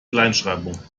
kleinschreibung